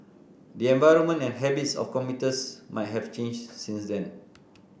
the environment and habits of commuters might have changed since then